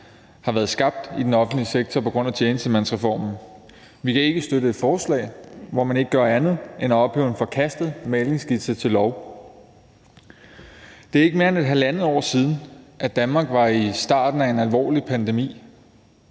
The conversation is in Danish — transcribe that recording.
har været skabt i den offentlige sektor på grund af tjenestemandsreformen. Vi kan ikke støtte et forslag, hvor man ikke gør andet end at ophøje en forkastet mæglingsskitse til lov. Det er ikke mere end 1½ år siden, at Danmark var i starten af en alvorlig pandemi.